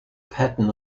pattern